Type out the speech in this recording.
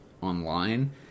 online